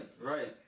right